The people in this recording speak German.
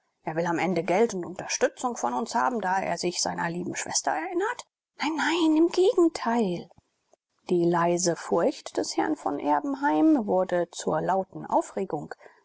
er will am ende geld und unterstützung von uns haben da er sich seiner lieben schwester erinnert nein nein im gegenteil die leise furcht des herrn von erbenheim wurde zur lauten aufregung